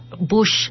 Bush